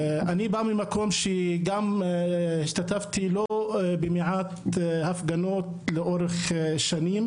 אני בא ממקום שגם השתתפתי בלא מעט הפגנות לאורך שנים,